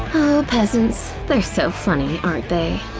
peasants, they're so funny, aren't they?